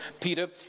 Peter